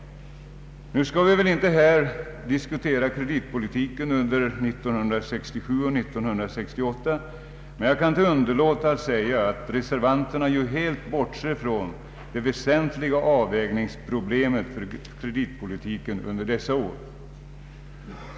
Nu skall vi väl inte här diskutera kreditpolitiken under 1967 och 1968, men jag kan inte underlåta att säga att reservanterna helt bortsett från det väsentliga avvägningsproblemet för kreditpolitiken under dessa år.